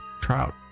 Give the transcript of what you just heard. trout